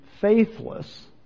faithless